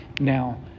Now